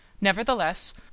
nevertheless